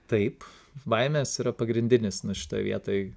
taip baimės yra pagrindinis na šitoj vietoj